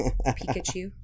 Pikachu